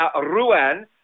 Ruan